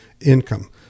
income